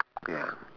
ya